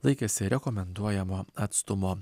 laikėsi rekomenduojamo atstumo